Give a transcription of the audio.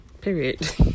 period